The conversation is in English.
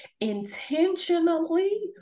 intentionally